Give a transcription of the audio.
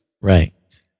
Right